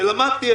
ולמדתי.